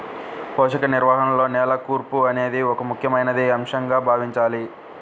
పోషక నిర్వహణలో నేల కూర్పు అనేది ఒక ముఖ్యమైన అంశంగా భావించాలి